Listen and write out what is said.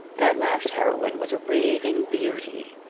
that last heroine was a raving beauty,